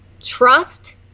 trust